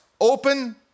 Open